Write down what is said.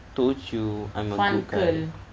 told you I'm a good guy